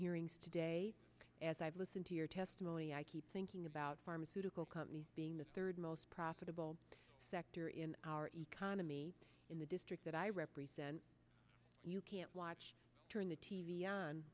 hearings today as i've listened to your testimony i keep thinking about pharmaceutical companies being the third most profitable sector in our economy in the district that i represent you can't watch turn the t v on